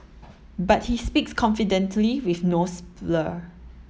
but he speaks confidently with no slur